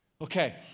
Okay